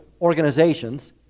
organizations